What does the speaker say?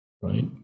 right